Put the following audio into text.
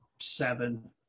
seven